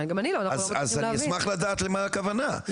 אז אני אשמח לדעת למה הכוונה,